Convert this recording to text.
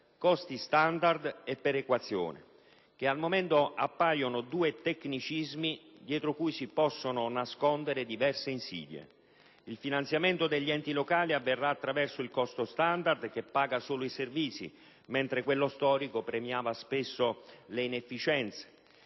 costi standard e perequazione, che al momento appaiono due tecnicismi dietro cui si possono nascondere diverse insidie. Il finanziamento degli enti locali avverrà attraverso il costo standard che paga solo i servizi, mentre quello storico premiava spesso le inefficienze;